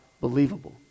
believable